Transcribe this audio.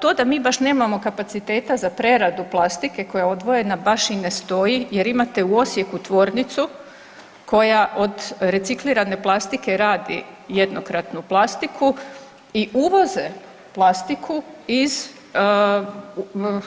To da mi baš nemamo kapaciteta za preradu plastike koja je odvojena baš i ne stoji jer imate u Osijeku tvornicu koja od reciklirane plastike radi jednokratnu plastiku i uvoze plastiku iz